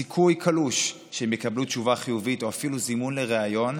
שיש סיכוי קלוש שהם יקבלו תשובה חיובית או אפילו זימון לריאיון,